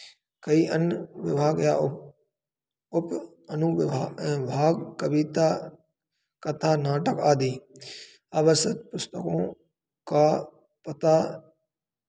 कई अन्य विभाग या उप उप अनुविभाग भाग कविता कथा नाटक आदि आवश्यक पुस्तकों का पता